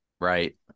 Right